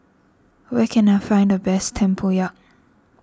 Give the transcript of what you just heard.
where can I find the best Tempoyak